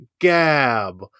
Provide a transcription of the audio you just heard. Gab